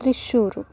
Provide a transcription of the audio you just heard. Thrissur